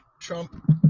Trump